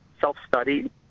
self-study